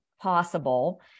possible